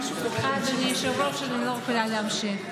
סליחה אדוני היושב-ראש, אני לא יכולה להמשיך.